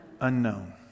unknown